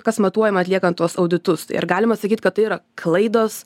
kas matuojama atliekant tuos auditus ir galima sakyt kad tai yra klaidos